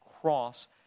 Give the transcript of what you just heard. cross